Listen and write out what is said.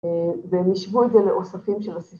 ‫והם ישבו את זה ‫לאוספים של הספר.